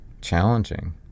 challenging